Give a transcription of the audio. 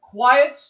Quiet